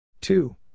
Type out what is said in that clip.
Two